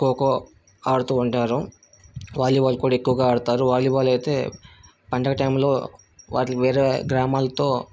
ఖోఖో ఆడుతు ఉంటారు వాలీబాల్ కూడా ఎక్కువగా ఆడుతారు వాలీబాల్ అయితే పండగ టైంలో వాటిని వేరే గ్రామాలతో